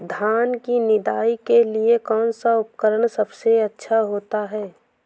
धान की निदाई के लिए कौन सा उपकरण सबसे अच्छा होता है?